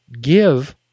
give